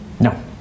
no